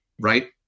right